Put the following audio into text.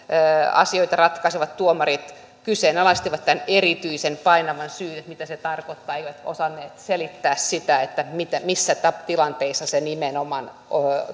asioita ratkaisevat tuomarit kyseenalaistivat tämän erityisen painavan syyn että mitä se tarkoittaa ja eivät osanneet selittää sitä missä tilanteissa se nimenomaan